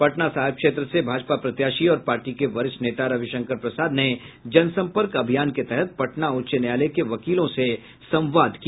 पटना साहिब क्षेत्र से भाजपा प्रत्याशी और पार्टी के वरिष्ठ नेता रविशंकर प्रसाद ने जनसंपर्क अभियान के तहत पटना उच्च न्यायालयों के वकीलों से संवाद किया